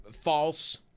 false